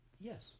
Yes